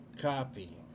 copy